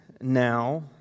now